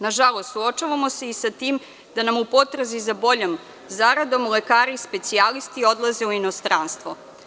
Nažalost, suočavamo se i sa tim da nam u potrazi za boljom zaradom lekari specijalisti odlaze u inostranstvo.